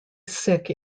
sick